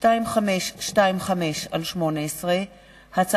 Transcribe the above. פ/2525/18 וכלה בהצעת חוק פ/2581/18,